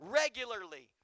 regularly